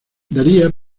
daría